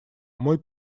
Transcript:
мой